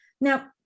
now